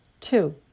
two